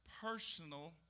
personal